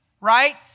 right